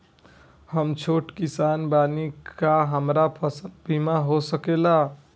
हम छोट किसान बानी का हमरा फसल बीमा हो सकेला?